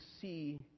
see